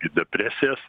ir depresijos